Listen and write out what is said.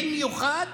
במיוחד